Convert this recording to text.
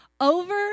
over